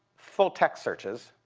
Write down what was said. full-text searches